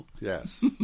Yes